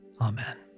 Amen